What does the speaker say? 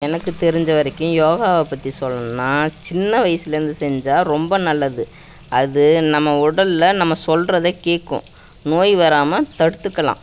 எனக்கு தெரிஞ்ச வரைக்கும் யோகாவை பற்றி சொல்லணுனால் சின்ன வயசிலேருந்து செஞ்சால் ரொம்ப நல்லது அது நம்ம உடலில் நம்ம சொல்கிறத கேட்கும் நோய் வராமல் தடுத்துக்கலாம்